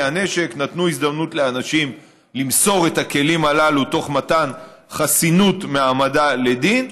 נתנו הזדמנות לאנשים למסור את הכלים הללו תוך מתן חסינות מהעמדה לדין,